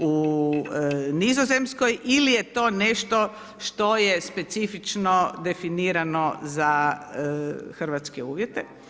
u Nizozemskoj ili je to nešto što je specifično definirano za hrvatske uvjete.